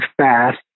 fast